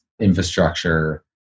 infrastructure